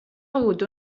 begut